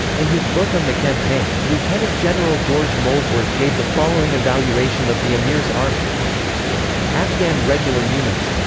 in his book on the campaign, lieutenant-general george molesworth gave the following evaluation of the amir's army afghan regular units.